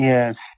Yes